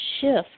shift